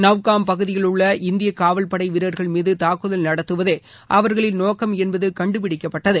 நவ்காம் பகுதியிலுள்ள இந்திய காவல்படை வீரர்கள் மீது தாக்குதல் நடத்துவதே அவர்களின் நோக்கம் என்பது கண்டுபிடிக்கப்பட்டது